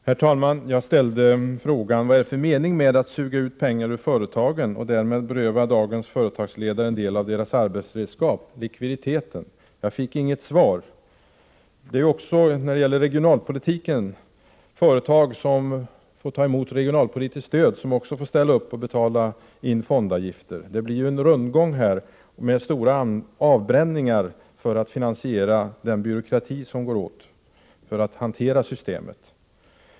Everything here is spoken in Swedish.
Herr talman! Jag ställde frågan: Vad är det för mening med att suga ut pengar ur företagen och därmed beröva dagens företagsledare en del av deras arbetsredskap — likviditeten. Jag fick inget svar på den frågan. Även företag som får ta emot regionalpolitiskt stöd får betala in fondavgifter. Detta leder till rundgång med stora avbränningar för att finansiera den byråkrati som krävs för att hantera systemet.